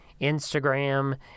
Instagram